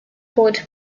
called